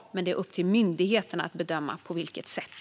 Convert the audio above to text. Men det är upp till myndigheterna att bedöma på vilket sätt.